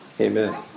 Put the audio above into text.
Amen